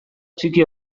txiki